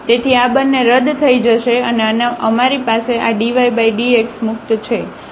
તેથી આ બંને રદ થઈ જશે અને અમારી પાસે આ dydx મુક્ત છે